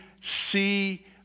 see